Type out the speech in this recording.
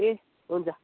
ए हुन्छ हजुर